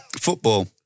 football